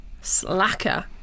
Slacker